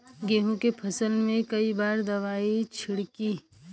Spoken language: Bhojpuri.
गेहूँ के फसल मे कई बार दवाई छिड़की?